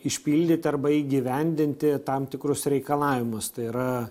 išpildyt arba įgyvendinti tam tikrus reikalavimus tai yra